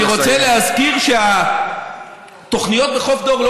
אני רוצה להזכיר שהתוכניות בחוף דור לא